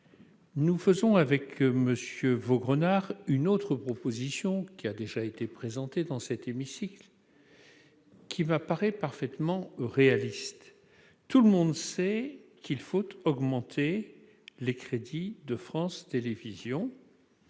Nous faisons avec M. Vaugrenard une autre proposition, qui a déjà été présentée dans cet hémicycle et qui m'apparaît parfaitement réaliste. Tout le monde sait qu'il faut augmenter les ressources de France Télévisions.